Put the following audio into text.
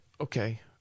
okay